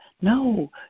No